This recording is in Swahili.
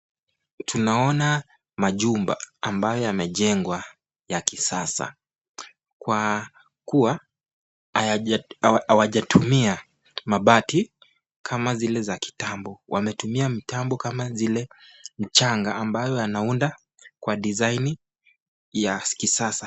Tunaona majumba ambayo yamejengwa ya kisasa. Kwa kuwa hawajatumia mabati kama zile za kitambo. Wametumia mtambo kama zile mchanga ambayo yanaounda kwa design ya kisasa.